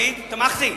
תמיד תמכתי.